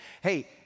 Hey